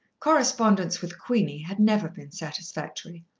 correspondence with queenie had never been satisfactory.